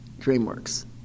DreamWorks